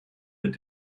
mit